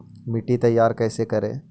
मिट्टी तैयारी कैसे करें?